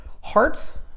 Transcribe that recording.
hearts